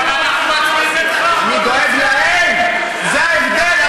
אל תדאג, אני דואג להם, זה ההבדל.